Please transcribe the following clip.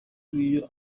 iyo